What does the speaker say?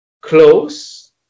close